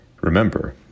Remember